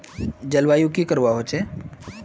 जलवायु की करवा होचे?